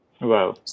Wow